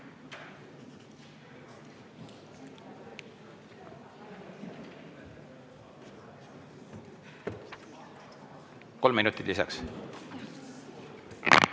Kolm minutit lisaks.